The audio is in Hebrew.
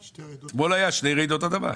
אתמול היו שתי רעידות אדמה.